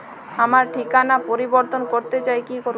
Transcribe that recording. আমার ঠিকানা পরিবর্তন করতে চাই কী করব?